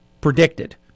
predicted